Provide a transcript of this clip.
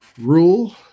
rule